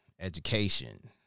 Education